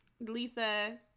Lisa